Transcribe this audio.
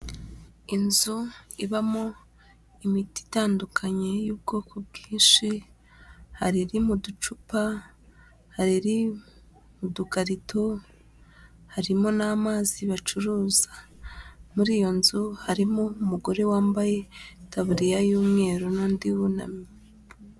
Inzu ibamo imiti itandukanye y'ubwoko bwinshi, hari iri mu ducupa, hari iri mu dukarito harimo n'amazi bacuruza, muri iyo nzu harimo umugore wambaye itaburiya y'umweru n'undi wunamye.